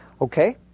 Okay